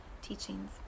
teachings